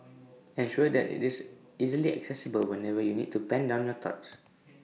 ensure that IT is easily accessible whenever you need to pen down your thoughts